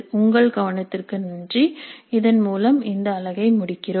உங்கள் கவனத்திற்கு நன்றி இதன் மூலம் இந்த அலகை முடிக்கிறோம்